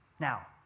Now